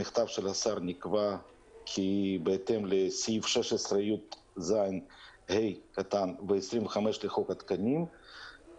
במכתב השר נקבע כי בהתאם לסעיף 16יז(ה) ו-25 לחוק התקנים,